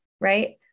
right